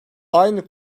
aynı